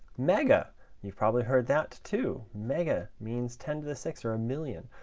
mega you've probably heard that, too. mega means ten to the sixth or a million.